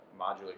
modular